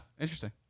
interesting